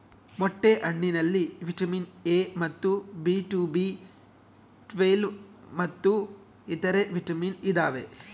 ಮೊಟ್ಟೆ ಹಣ್ಣಿನಲ್ಲಿ vitamin A ಮತ್ತು ಬಿ ಟು ಬಿ ಟ್ವೇಲ್ವ್ ಮತ್ತು ಇತರೆ ವಿಟಾಮಿನ್ ಇದಾವೆ